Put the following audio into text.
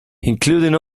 including